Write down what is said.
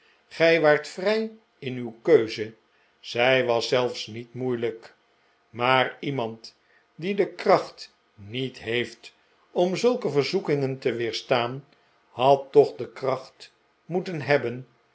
gij waart vrij in uw keuze zij was zelfs niet moeilijk maar iemand die de kracht niet heeft om zulke verzoekingen te weerstaan had toch de kracht moeten hebben